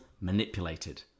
manipulated